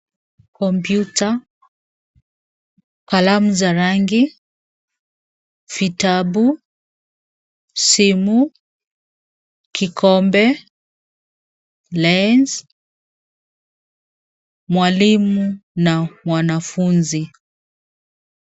Kompyuta, kalamu za rangi, vitabu, simu, kikombe, lens ,mwalimu na wanafunzi.